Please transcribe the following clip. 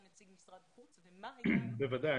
בוודאי.